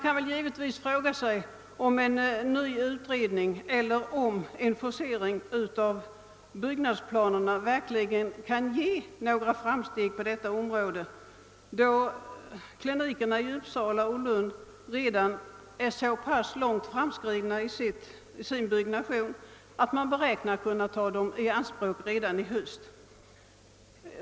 Man kan givetvis fråga sig om en ny utredning eller en forcering av byggnadsplanerna verkligen kan ge några framsteg på detta område med hänsyn till att klinikerna i Uppsala och Lund redan är så pass långt framskridna att de beräknas kunna tas i bruk i höst.